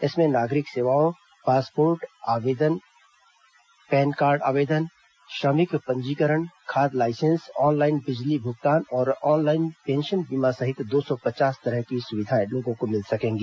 इसमें नागरिक सेवाओं पासपोर्ट आवेदन पैन कार्ड आवेदन श्रमिक पंजीकरण खाद लाइसेंस ऑनलाइन बिजली भुगतान और ऑनलाइन पेंशन बीमा सहित दो सौ पचास तरह की सुविधाएं लोगों को मिल सकेंगी